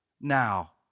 now